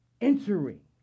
entering